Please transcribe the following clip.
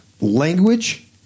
language